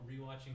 rewatching